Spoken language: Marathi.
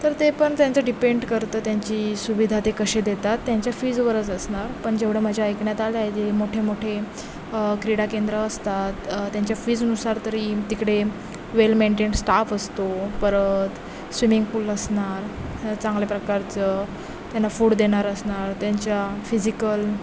तर ते पण त्यांचं डिपेंड करतं त्यांची सुविधा ते कशी देतात त्यांच्या फीजवरच असणार पण जेवढं माझ्या ऐकण्यात आले आहेत ते मोठे मोठे क्रीडा केंद्र असतात त्यांच्या फीजनुसार तरी तिकडे वेल मेंटेंड स्टाफ असतो परत स्विमिंग पूल असणार चांगल्या प्रकारचं त्यांना फूड देणार असणार त्यांच्या फिजिकल